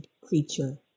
creature